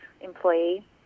employee